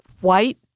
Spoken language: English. white